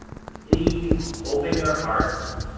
please open your hearts,